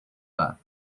bath